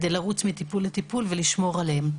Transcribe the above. כדי לרוץ מטיפול לטיפול ולשמור עליהם.